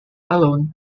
alone